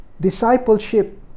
discipleship